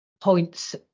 points